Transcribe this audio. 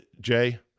Jay